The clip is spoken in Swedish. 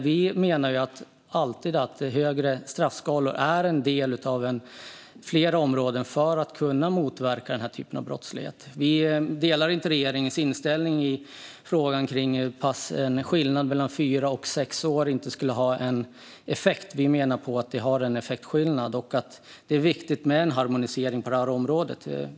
Vi menar alltid att höga straffskalor är en del av flera områden för att kunna motverka denna typ av brottslighet. Vi delar inte regeringens inställning i frågan om att skillnaden mellan fyra och sex år inte skulle ha någon effekt. Vi menar att den innebär en effektskillnad, och det är viktigt med en harmonisering på området.